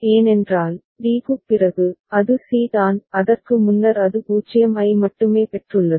ஏனென்றால் d க்குப் பிறகு அது c தான் அதற்கு முன்னர் அது 0 ஐ மட்டுமே பெற்றுள்ளது